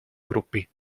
gruppi